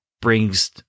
brings